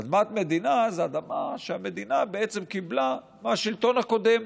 אדמת מדינה זו אדמה שהמדינה קיבלה מהשלטון הקודם,